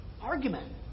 argument